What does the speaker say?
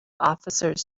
officers